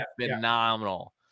phenomenal